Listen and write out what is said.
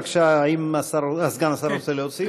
בבקשה, האם סגן השר רוצה להוסיף?